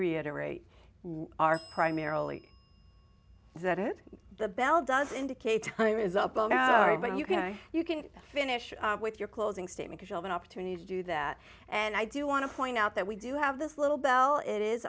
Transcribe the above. reiterate we are primarily that is the bell does indicate time is up already but you can you can finish with your closing statement if you have an opportunity to do that and i do want to point out that we do have this little bell it is